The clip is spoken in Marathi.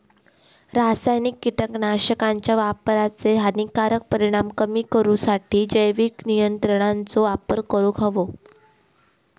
रासायनिक कीटकनाशकांच्या वापराचे हानिकारक परिणाम कमी करूसाठी जैविक नियंत्रणांचो वापर करूंक हवो